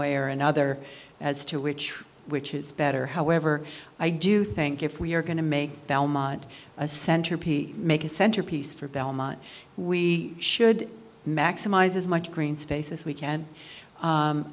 way or another as to which which is better however i do think if we are going to make belmont a centerpiece make a centerpiece for belmont we should maximize as much green space as we can